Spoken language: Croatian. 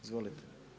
Izvolite.